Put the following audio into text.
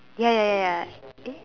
ya ya ya ya eh